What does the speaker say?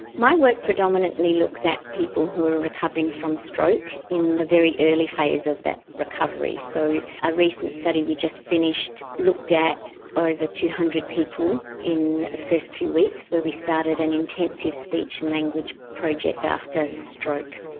my work predominantly looks at people who are recovering from stroke in the very early phase of that recovery. so a recent study we just finished looked at over two hundred people in the first two weeks where we started an intensive speech and language project after stroke.